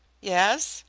yes?